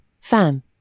fan